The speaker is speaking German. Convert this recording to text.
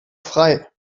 frei